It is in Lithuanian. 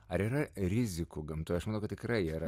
ar yra rizikų gamtoj aš manau kad tikrai yra